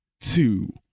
two